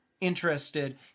interested